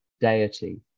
deity